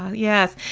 yes,